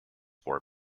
war